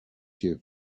you